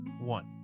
one